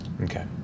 Okay